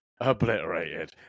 obliterated